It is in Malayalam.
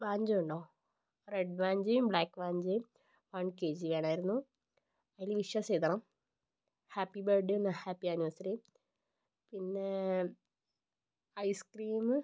വാൻചോ ഉണ്ടോ റെഡ് വാഞ്ചോയും ബ്ലാക്ക് വാഞ്ചോയും വൺ കെ ജി വേണമായിരുന്നു അതിൽ വിഷസ്സ് എഴുതണം ഹാപ്പി ബർത്ത്ഡേ എന്നും ഹാപ്പി ആനിവേഴ്സറിയും പിന്നേ ഐസ് ക്രീമ്